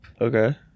Okay